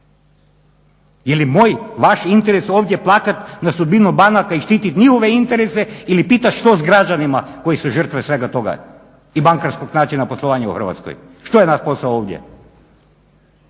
Je li moj, vaš interes ovdje plakat nad sudbinom banaka i štitit njihove interese ili pitat što s građanima koji su žrtve svega toga i bankarskog načina poslovanja u Hrvatskoj. što je naš posao ovdje?